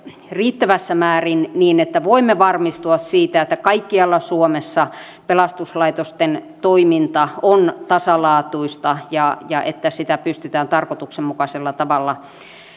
riittävässä määrin niin että voimme varmistua siitä että kaikkialla suomessa pelastuslaitosten toiminta on tasalaatuista ja ja että sitä pystytään tarkoituksenmukaisella tavalla